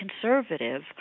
conservative